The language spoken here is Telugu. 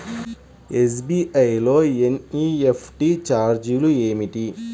ఎస్.బీ.ఐ లో ఎన్.ఈ.ఎఫ్.టీ ఛార్జీలు ఏమిటి?